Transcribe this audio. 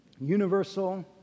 universal